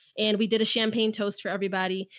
and we did a champagne toast for everybody.